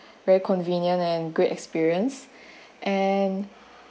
very convenient and great experience and